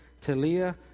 Talia